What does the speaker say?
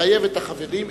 לחייב את החברים,